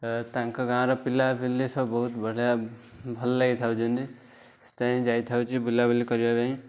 ତାଙ୍କ ଗାଁର ପିଲା ପିଲି ସବୁ ବହୁତ ବଢ଼ିଆ ଭଲ ଲାଗିଥାନ୍ତି ସେଥିପାଇଁ ଯାଇଥାଉଛି ବୁଲା ବୁଲି କରିବା ପାଇଁ